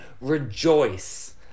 rejoice